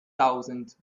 thousand